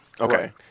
Okay